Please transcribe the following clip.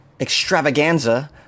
extravaganza